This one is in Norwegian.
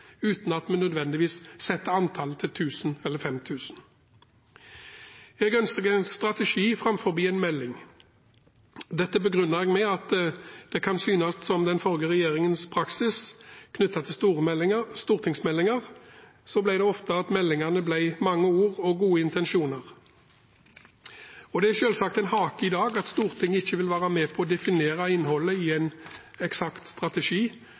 uten at vi nødvendigvis setter antallet til 1 000 eller 5 000. Jeg ønsker en strategi framfor en melding. Dette begrunner jeg med at det kan synes som at med den forrige regjeringens praksis knyttet til stortingsmeldinger, ble det ofte at meldingene ble mange ord og gode intensjoner. Det er selvsagt en hake i dag at Stortinget ikke vil være med på å definere innholdet i en eksakt strategi,